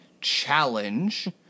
challenge